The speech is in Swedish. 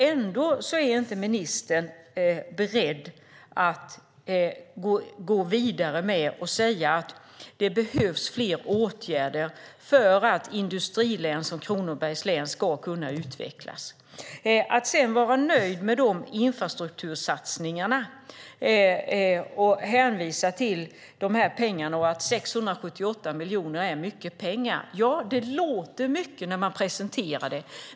Ändå är ministern inte beredd att gå vidare och säga att det behövs fler åtgärder för att industrilän som Kronobergs län ska kunna utvecklas. Ministern är nöjd med infrastruktursatsningarna, hänvisar till pengarna och säger att 678 miljoner är mycket pengar. Det låter mycket när man presenterar det.